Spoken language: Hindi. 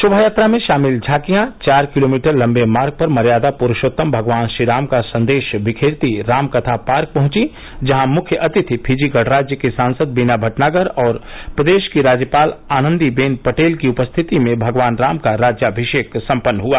शोभायात्रा में शामिल झांकियां चार किलोमीटर लम्बे मार्ग पर मर्यादा पुरूषोत्तम भगवान श्रीराम का संदेश विखेरती रामकथा पार्क पहुंची जहां मुख्य अतिथि फिजी गणराज्य की सांसद बीना भटनागर और प्रदेश की राज्यपाल आनंदीबेन पटेल की उपस्थिति में भगवान राम का राज्यामिषेक सम्पन्न हुआ